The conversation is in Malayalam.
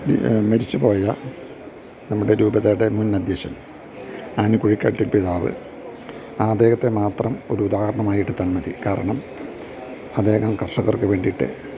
മരിച്ചുപോയ നമ്മുടെ രൂപതയുടെ മുൻ അധ്യക്ഷൻ ആനക്കുഴിക്കാട്ടിൽ പിതാവ് അദ്ദേഹത്തെ മാത്രം ഒരു ഉദാഹരണമായെടുത്താൽ മതി കാരണം അദ്ദേഹം കർഷകർക്ക് വേണ്ടിയിട്ട്